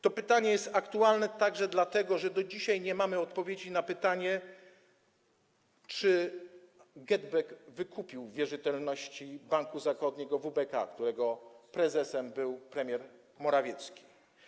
To pytanie jest aktualne także dlatego, że do dzisiaj nie mamy odpowiedzi na pytanie, czy GetBack wykupił wierzytelności Banku Zachodniego WBK, którego prezesem był premier Morawiecki.